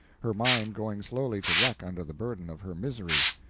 her mind going slowly to wreck under the burden of her misery.